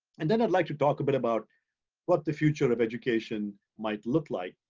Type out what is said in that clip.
and then i'd like to talk a bit about what the future of education might look like.